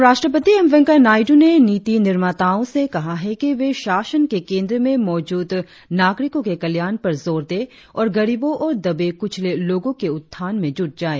उपराष्ट्रपति एम वेंकैया नायड्र ने नीति निर्माताओं से कहा है कि वे शासन के केंद्र में मौजूद नागरिकों के कल्याण पर जोर दें और गरीबों और दबे कुचले लोगों के उत्थान में जुट जाएं